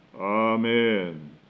Amen